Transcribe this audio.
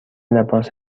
لباس